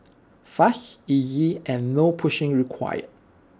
fast easy and no pushing required